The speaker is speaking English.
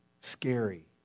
scary